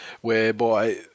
whereby